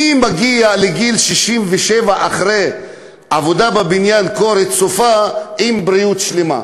מי מגיע לגיל 67 אחרי עבודה רצופה בבניין בבריאות שלמה?